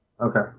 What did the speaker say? Okay